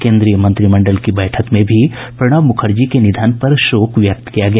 केंद्रीय मंत्रिमंडल की बैठक में भी प्रणब मूखर्जी के निधन पर शोक व्यक्त किया गया